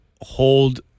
hold